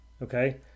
Okay